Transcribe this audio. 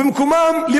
ובמקומם,